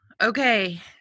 Okay